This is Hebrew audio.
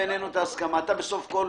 בינינו שאתה בסוף כל